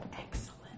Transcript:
Excellent